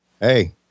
Hey